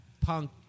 punk